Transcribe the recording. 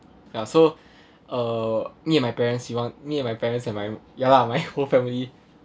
ya so uh me and my parents you want me and my parents and my ya lah my whole family